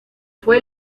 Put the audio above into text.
fue